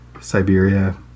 Siberia